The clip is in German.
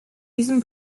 diesem